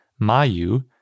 Mayu